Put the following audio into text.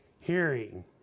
hearing